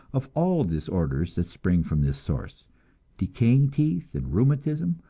of all disorders that spring from this source decaying teeth and rheumatism,